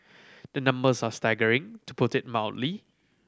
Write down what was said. the numbers are staggering to put it mildly